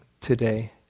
today